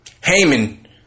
Haman